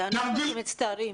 אנחנו מצטערים.